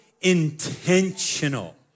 intentional